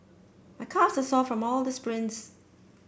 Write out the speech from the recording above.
my calves are sore from all the sprints